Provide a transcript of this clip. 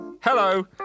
Hello